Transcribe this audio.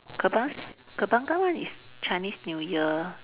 Kembas~ Kembangan one is Chinese new year